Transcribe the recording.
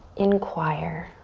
inquire.